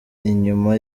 inyuma